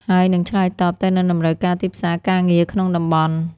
ហើយនិងឆ្លើយតបទៅនឹងតម្រូវការទីផ្សារការងារក្នុងតំបន់។